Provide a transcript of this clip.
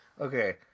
okay